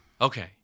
Okay